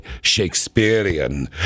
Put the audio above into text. Shakespearean